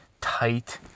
tight